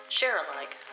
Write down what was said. Share-Alike